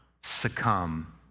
succumb